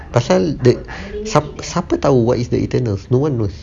pasal that siapa siapa tahu what is the eternals no one knows